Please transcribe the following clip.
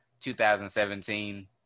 2017